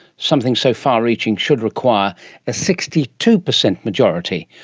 something so far-reaching should require a sixty two per cent majority,